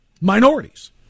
minorities